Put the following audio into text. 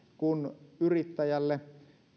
kun yrittäjälle